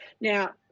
now